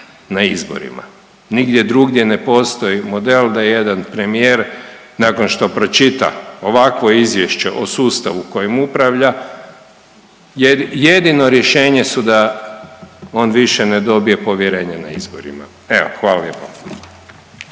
na izborima, nigdje drugdje ne postoji model da jedan premijer nakon što pročita ovakvo izvješće o sustavu kojim upravlja, jedino rješenje su da on više ne dobije povjerenje na izborima. Evo, hvala